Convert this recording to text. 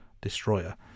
destroyer